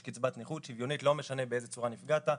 יש קצבת נכות שוויונית, לא משנה באיזו צורה נפגעת.